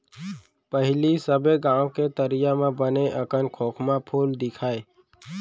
पहिली सबे गॉंव के तरिया म बने अकन खोखमा फूल दिखय